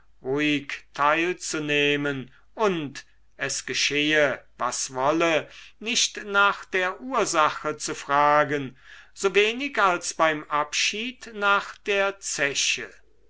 teilzunehmen und es geschehe was wolle nicht nach der ursache zu fragen so wenig als beim abschied nach der zeche